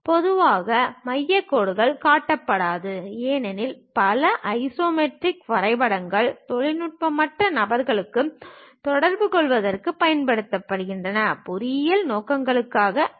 பொதுவாக மையக் கோடுகள் காட்டப்படாது ஏனெனில் பல ஐசோமெட்ரிக் வரைபடங்கள் தொழில்நுட்பமற்ற நபர்களுடன் தொடர்புகொள்வதற்குப் பயன்படுத்தப்படுகின்றன பொறியியல் நோக்கங்களுக்காக அல்ல